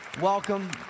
Welcome